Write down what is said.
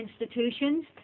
institutions